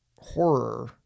horror